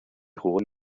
jugó